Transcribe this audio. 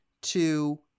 two